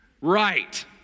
right